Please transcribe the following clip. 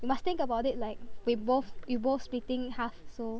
you must think about it like we both we both splitting it half so